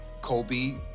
Kobe